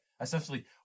essentially